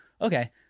Okay